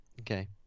Okay